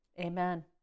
Amen